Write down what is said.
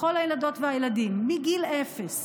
לכל הילדות והילדים מגיל אפס,